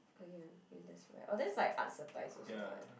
oh ya okay that's right oh that's like art supplies also [what]